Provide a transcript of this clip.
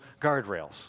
guardrails